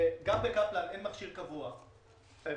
גם בקפלן אין מכשיר קבוע --- יהיה.